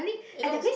it looks